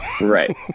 Right